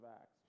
Acts